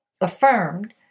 affirmed